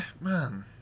man